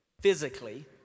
Physically